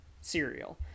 cereal